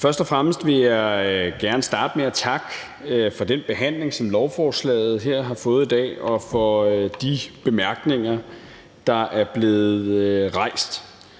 Først og fremmest vil jeg gerne starte med at takke for den behandling, som lovforslaget her har fået i dag og for de bemærkninger, der er kommet.